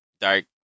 dark